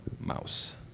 Mouse